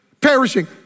perishing